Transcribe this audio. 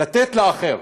לתת לאחר.